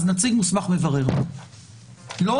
אז נציג מוסמך מברר.